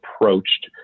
approached